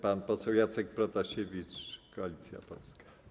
Pan poseł Jacek Protasiewicz, Koalicja Polska.